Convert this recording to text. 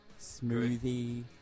Smoothie